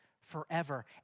forever